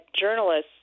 journalists